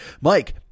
Mike